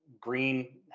green